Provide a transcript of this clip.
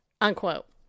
unquote